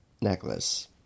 necklace